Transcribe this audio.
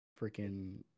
freaking